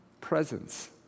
presence